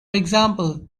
example